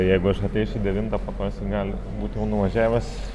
tai jeigu aš ateisiu devintą po to jisai gali būt jau nuvažiavęs